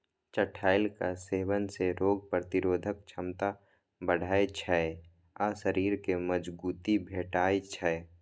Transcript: चठैलक सेवन सं रोग प्रतिरोधक क्षमता बढ़ै छै आ शरीर कें मजगूती भेटै छै